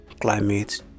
climate